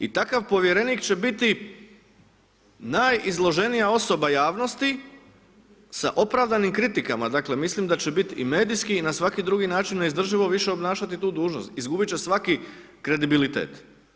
I takav povjerenik će biti najizloženija osoba javnosti sa opravdanim kritikama, dakle, mislim da će biti i medijski i na svaki drugi način, neizdrživo više obnašati tu dužnost, izgubiti će svaki kredibilitet.